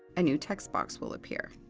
a new text box will appear.